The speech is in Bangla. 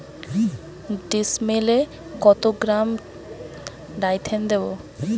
ডিস্মেলে কত গ্রাম ডাইথেন দেবো?